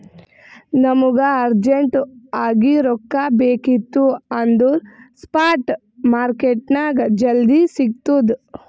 ನಮುಗ ಅರ್ಜೆಂಟ್ ಆಗಿ ರೊಕ್ಕಾ ಬೇಕಿತ್ತು ಅಂದುರ್ ಸ್ಪಾಟ್ ಮಾರ್ಕೆಟ್ನಾಗ್ ಜಲ್ದಿ ಸಿಕ್ತುದ್